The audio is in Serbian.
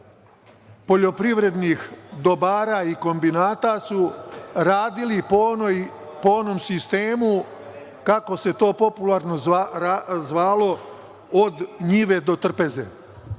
poljoprivrednih dobara i kombinata su radili po onom sistemu, kako se to popularno zvalo – od njive do trpeze.